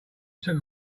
took